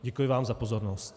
Děkuji vám za pozornost.